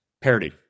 Parody